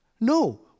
No